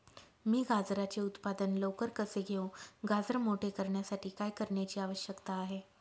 मी गाजराचे उत्पादन लवकर कसे घेऊ? गाजर मोठे करण्यासाठी काय करण्याची आवश्यकता आहे?